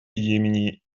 йемене